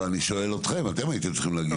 אני שואל אתכם, אתם הייתם צריכים להגיש.